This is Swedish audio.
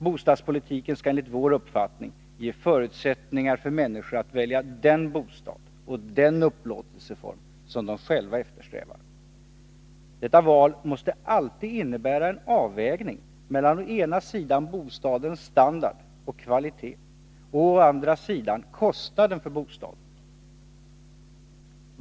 Bostadspolitiken skall enligt vår uppfattning ge förutsättningar för människor att välja den bostad och den upplåtelseform som de själva eftersträvar. Detta val måste alltid innebära en avvägning mellan å ena sidan bostadens standard och kvalitet och å den andra kostnaden för bostaden.